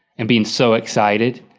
and being so excited.